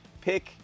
pick